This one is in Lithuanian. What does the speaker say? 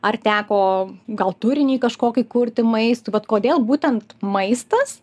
ar teko gal turinį kažkokį kurti maistui vat kodėl būtent maistas